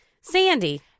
Sandy